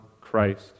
Christ